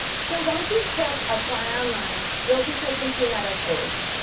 so once you've clicked apply online, you'll be taken to another page,